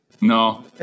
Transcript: no